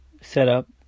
setup